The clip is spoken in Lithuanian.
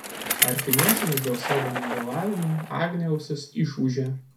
artimiesiems dėl savo negalavimų agnė ausis išūžia